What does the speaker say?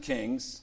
Kings